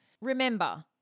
Remember